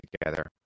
together